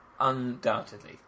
Undoubtedly